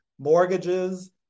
mortgages